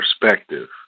perspective